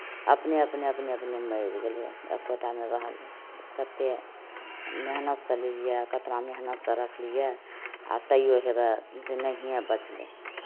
अपने अपने अपने अपने मरि गेलै एको टा नहि रहलै कतेक मेहनतसँ लेलियै केतना मेहनतसँ रखलियै आ तैयो हवए जे नहिए बचलै